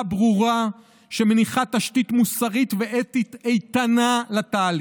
ברורה שמניחה תשתית מוסרית ואתית איתנה לתהליך,